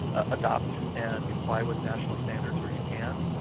adopt and comply with national standards where you can.